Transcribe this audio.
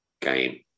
game